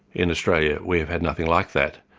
in australia, we've had nothing like that,